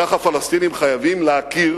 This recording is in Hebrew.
כך הפלסטינים חייבים להכיר